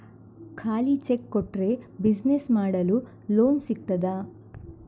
ಖಾಲಿ ಚೆಕ್ ಕೊಟ್ರೆ ಬಿಸಿನೆಸ್ ಮಾಡಲು ಲೋನ್ ಸಿಗ್ತದಾ?